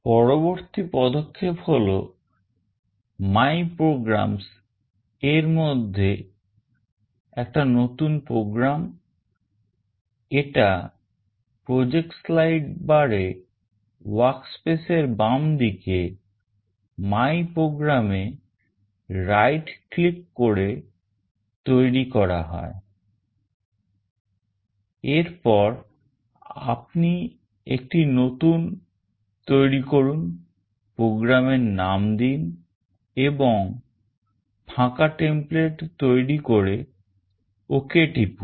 পরবর্তী পদক্ষেপ হল 'my programs' এর মধ্যে একটা নতুন program এটা project slide bar এ workspace এর বাম দিকে MyProgramsএ right click করে তৈরি করা হয় এরপর আপনি একটি নতুন তৈরি করুন program এর নাম দিন এবং একটি ফাঁকা template তৈরি করে ok টিপুন